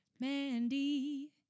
Mandy